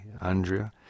Andrea